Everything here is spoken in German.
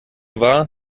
war